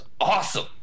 awesome